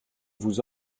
vous